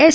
S